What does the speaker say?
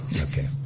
Okay